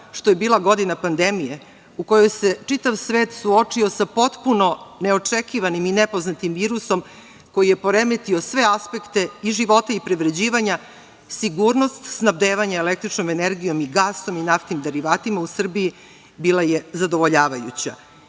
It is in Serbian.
što je bila godina pandemije u kojoj se čitav svet suočio sa potpuno neočekivanim i nepoznatim virusom koji je poremetio sve aspekte i života i privređivanja, sigurnost snabdevanja električnom energijom i gasom i naftnim derivatima u Srbiji bila je zadovoljavajuća.